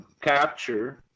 capture